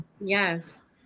Yes